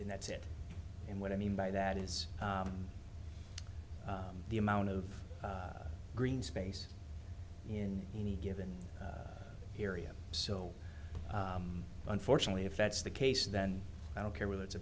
and that's it and what i mean by that is the amount of green space in any given area so unfortunately if that's the case then i don't care whether it's a